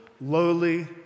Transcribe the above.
lowly